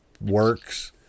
works